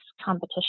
competition